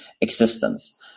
existence